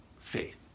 faith